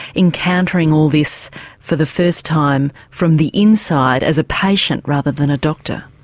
encountering all this for the first time from the inside as a patient rather than a doctor?